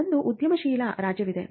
ಒಂದು ಉದ್ಯಮಶೀಲ ರಾಜ್ಯವಿದೆ